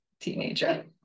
teenager